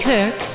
Kirk